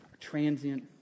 transient